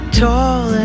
tall